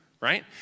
right